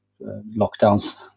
lockdowns